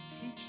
teach